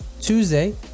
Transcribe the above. Tuesday